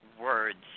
words